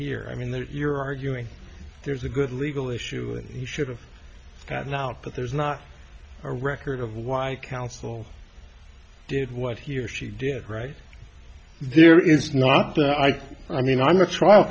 here i mean that you're arguing there's a good legal issue and he should have gotten out but there's not a record of why i counsel did what he or she did right there it's not that i i mean i'm a trial